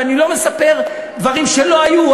ואני לא מספר דברים שלא היו.